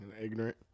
ignorant